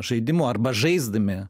žaidimu arba žaisdami